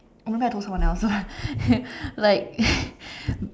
I remember I told someone else like